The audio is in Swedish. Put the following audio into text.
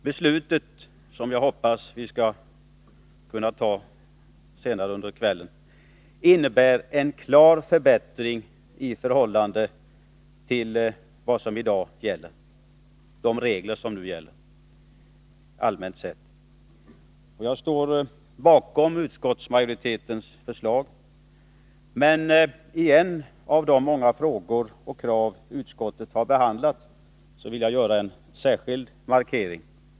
Beslutet, som jag hoppas att vi skall kunna ta senare under kvällen, innebär en klar förbättring i förhållande till de regler som nu gäller, allmänt sett. Jag står bakom utskottsmajoritetens förslag. I en av de många frågor utskottet har behandlat vill jag göra en särskild markering.